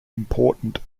important